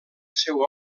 seu